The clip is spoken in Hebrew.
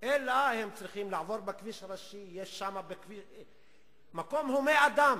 אלא הם צריכים לעבור בכביש הראשי, מקום הומה אדם.